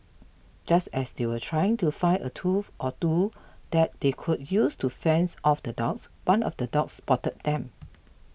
just as they were trying to find a tool or two that they could use to fends off the dogs one of the dogs spotted them